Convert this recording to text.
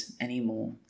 anymore